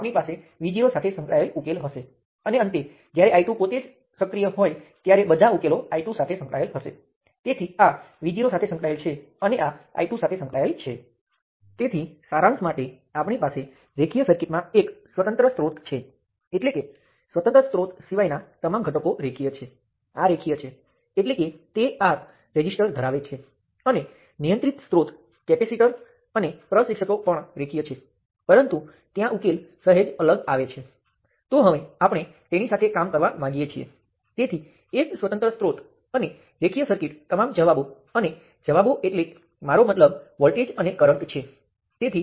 હવે આને થોડું આગળ વધારતા ચાલો કહીએ કે મારી પાસે બે સર્કિટ આવી રીતે એકબીજા સાથે જોડાયેલ હતી આ સર્કિટને હું N કહું અને આ સર્કિટને હું N1 કહું અને તે ફક્ત બે બિંદુઓ પર જ જોડાયેલ છે આ અથવા તે એક માટે સર્કિટમાં અન્ય કોઈ જોડાણ નથી અંદર ઘણા બધા ઘટકો હોઈ શકે પરંતુ આ સર્કિટ અને તે સર્કિટ ફક્ત આ બે બિંદુઓ પર જ જોડાયેલ છે અને તે તારણ આપે છે કે અહીં વોલ્ટેજ V2 છે